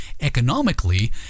economically